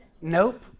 nope